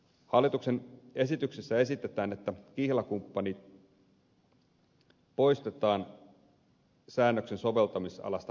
hallituksen esityksessä esitetään että kihlakumppani poistetaan säännöksen soveltamisalasta vanhentuneena